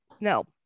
No